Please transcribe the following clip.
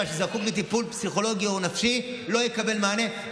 שזקוק לטיפול פסיכולוגי או נפשי לא יקבל מענה,